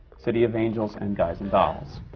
city of angels, and guys and dolls.